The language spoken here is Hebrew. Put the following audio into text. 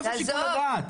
איפה שיקול הדעת?